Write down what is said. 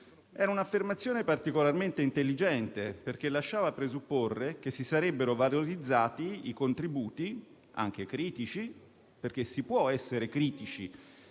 Era un'affermazione particolarmente intelligente, perché lasciava presupporre che si sarebbero valorizzati i contributi, anche critici. Infatti, si può essere critici